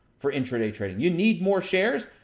for intraday trading. you need more shares.